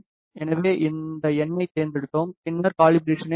எனவே இந்த எண்ணைத் தேர்ந்தெடுத்தோம் பின்னர் காலிபராசனை அழுத்தவும்